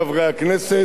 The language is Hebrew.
ברכותי לך,